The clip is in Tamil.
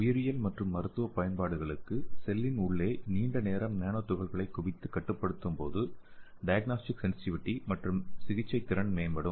உயிரியல் மற்றும் மருத்துவ பயன்பாடுகளுக்கு செல்லின் உள்ளே நீண்ட நேரம் நானோ துகள்களை குவித்து கட்டுப்படுத்தும் போது டயக்னாஸ்டிக் சென்சிடிவிடி மற்றும் சிகிச்சை திறன் மேம்படும்